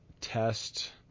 test